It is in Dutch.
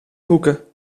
hoeken